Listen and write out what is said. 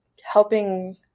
helping